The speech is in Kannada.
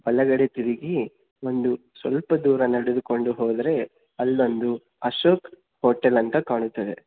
ಬಲಗಡೆ ತಿರುಗಿ ಒಂದು ಸ್ವಲ್ಪ ದೂರ ನಡೆದುಕೊಂಡು ಹೋದರೆ ಅಲ್ಲೊಂದು ಅಶೋಕ್ ಹೋಟೆಲ್ ಅಂತ ಕಾಣುತ್ತದೆ